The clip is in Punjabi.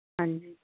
ਹਾਂਜੀ